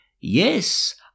Yes